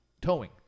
towing